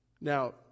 Now